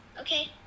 okay